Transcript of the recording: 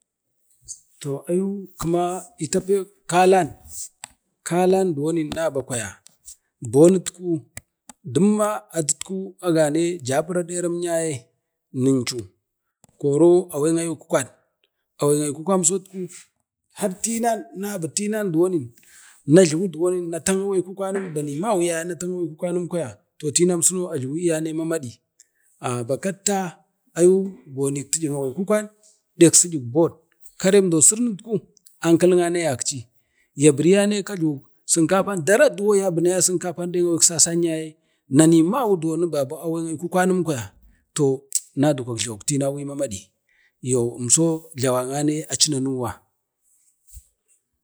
toh ayu kima i tapek kalan, kalan duwonim naba kwaya bon itku duma a gane jaɓura deram yaye nincu, koro aʊon aikukʊon, awen akukwan itku har tinan nabi tinau duwon na jlawi duwomin naten aven aikukwanm kwaya tinau ajhuwuyane mamadi ah bakatta ayu gonin tiꞌyim aven aikukwa ɗek seyik bon karem do sirin no ankali ame i gag ci agi duwon yabina gane sinkafan dare nek avile sinkafa sasan yaye nani mawu duwon nubaba awen aikwukwan num kwaya toh nədukwak jawuk tinau i mamadi yo imcho jlawanane aci nanuwa.